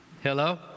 Hello